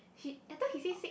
he I thought he say six